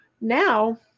Now